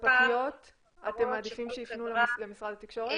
ספקיות אתם מעדיפים שיפנו למשרד התקשורת?